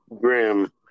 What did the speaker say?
Grim